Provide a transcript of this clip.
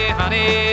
honey